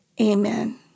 Amen